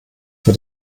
für